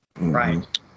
Right